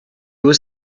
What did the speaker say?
was